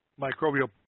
microbial